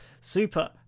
Super